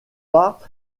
pas